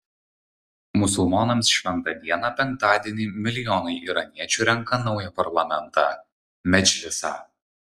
musulmonams šventą dieną penktadienį milijonai iraniečių renka naują parlamentą medžlisą